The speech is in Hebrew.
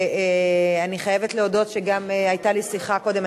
אני חייבת להודות שגם היתה לי שיחה קודם,